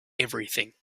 everything